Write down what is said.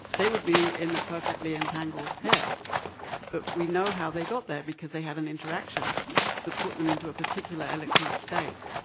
they would be in a perfectly entangled pair. but we know how they got there, because they had an interaction that put them into a particular electronic state.